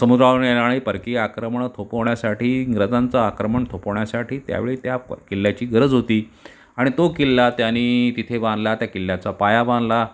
समुद्रावरून येणारी परकीय आक्रमणं थोपवण्यासाठी इंग्रजांचं आक्रमण थोपवण्यासाठी त्यावेळी त्या प किल्ल्याची गरज होती आणि तो किल्ला त्यांनी तिथे बांधला त्या किल्ल्याचा पाया बांधला